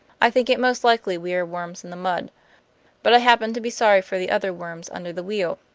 i think it most likely we are worms in the mud but i happen to be sorry for the other worms under the wheel.